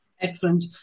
Excellent